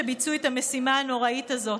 שביצעו את המשימה הנוראית הזאת.